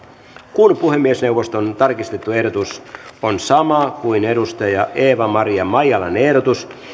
kun puhemiesneuvoston tarkistettu ehdotus on sama kuin eeva maria maijalan ehdotus